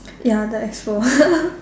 ya the expo